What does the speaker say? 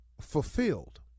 fulfilled